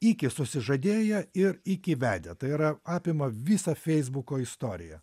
iki susižadėję ir iki vedę tai yra apima visą feisbuko istoriją